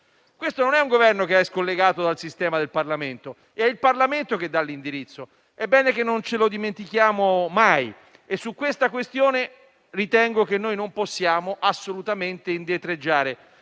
attuale non è un Governo scollegato dal sistema parlamentare: è il Parlamento che dà l'indirizzo; è bene che non ce lo dimentichiamo mai. E su tale questione ritengo che non possiamo assolutamente indietreggiare.